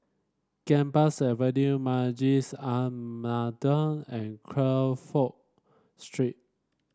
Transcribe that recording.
Gambas Avenue Masjid An Nahdhah and Crawford Street